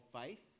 faith